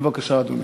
בבקשה, אדוני.